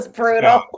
brutal